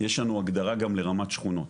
יש לנו הגדרה גם לרמת שכונות.